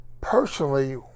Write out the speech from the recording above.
personally